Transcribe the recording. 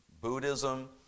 Buddhism